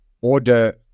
order